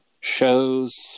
shows